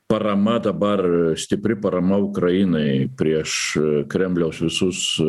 parama dabar stipri parama ukrainai prieš kremliaus visus